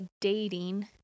dating